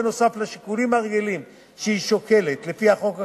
נוסף על השיקולים הרגילים שהיא שוקלת לפי החוק הקיים,